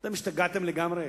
אתם השתגעתם לגמרי?